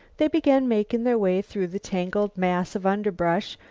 they began making their way through the tangled mass of underbrush,